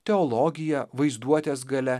teologija vaizduotės galia